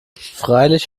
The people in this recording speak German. freilich